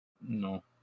No